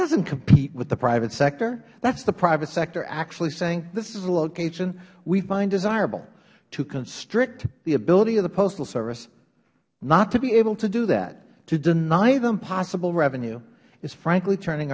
doesnt compete with the private sector that is the private sector actually saying this is a location we find desirable to constrict the ability of the postal service not to be able to do that to deny them possible revenue is frankly turning